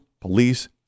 police